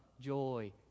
joy